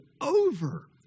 over